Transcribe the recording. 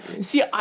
See